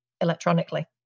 electronically